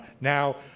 Now